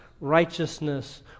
righteousness